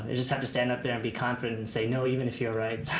just have to stand up there and be confident and say no, even if you're right.